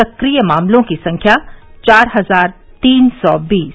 सक्रिय मामलों की संख्या चार हजार तीन सौ बीस